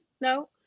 no